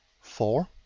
four